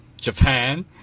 Japan